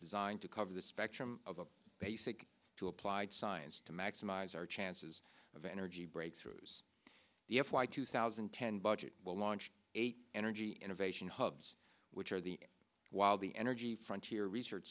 designed to cover the spectrum of the basic to applied science to maximize our chances of energy breakthroughs the f y two thousand and ten budget will launch a energy innovation hubs which are the while the energy front here research